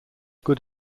good